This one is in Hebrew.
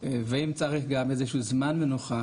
ואם צריך גם איזה שהוא זמן מנוחה,